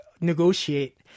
Negotiate